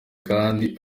kandi